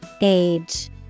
Age